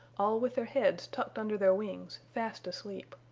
all with their heads tucked under their wings fast asleep.